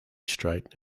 straight